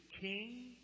King